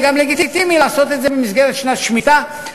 וזה גם לגיטימי לעשות את זה במסגרת שנת שמיטה,